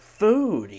food